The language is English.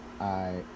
I-